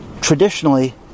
traditionally